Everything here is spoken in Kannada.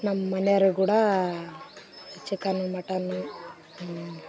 ನಮ್ಮ ಮನೆಯೋರು ಕೂಡ ಚಿಕನು ಮಟನ್ನು